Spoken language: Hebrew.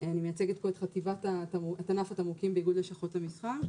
אני מייצגת פה את ענף התמרוקים באיגוד לשכות המסר.